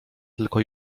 tylko